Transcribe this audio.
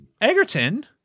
Egerton